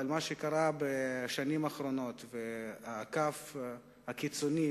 אבל מה שקרה בשנים האחרונות והקו הקיצוני,